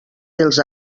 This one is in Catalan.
dels